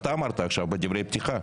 אמרת בדברי הפתיחה.